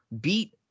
beat